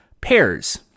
pairs